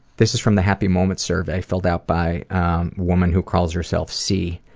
this is from the happy moments survey, filled out by a woman who calls herself sea.